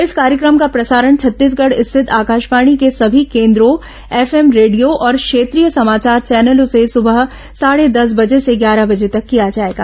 इस कार्यक्रम का प्रसारण छत्तीसगढ़ स्थित आकाशवाणी के सभी केन्द्रों एफ एम रेडियो और क्षेत्रीय समाचार चैनलों से सुबह साढ़े दस बजे से ग्यारह बजे तक किया जाएगा